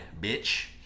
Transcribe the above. bitch